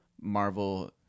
Marvel